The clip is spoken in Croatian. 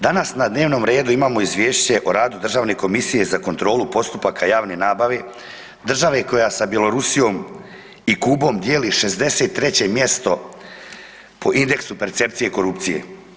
Danas na dnevnom redu imamo Izvješće o radu Državne komisije za kontrolu postupaka javne nabave, države koja sa Bjelorusijom i Kubom dijeli 63. mjesto po indeksu percepcije korupcije.